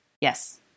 Yes